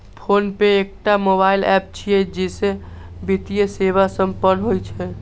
PhonePe एकटा mobile app छियै, जइसे वित्तीय सेवा संपन्न होइ छै